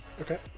okay